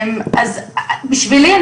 בשבילי,